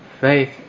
faith